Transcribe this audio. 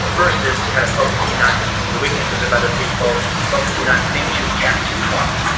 versus kind of focusing on the weaknesses of other people, focusing on things you can't control.